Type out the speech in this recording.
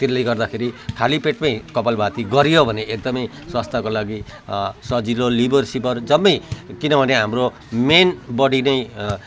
त्यसले गर्दाखेरि खाली पेटमै कपालभाती गरियो भने एकदमै स्वास्थ्यको लागि सजिलो एकदमै स्वास्थ्यको लागि सजिलो लिभर सिभर जम्मै किनभने हाम्रो मेन बडी नै